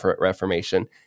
Reformation